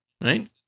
right